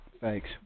Thanks